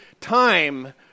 time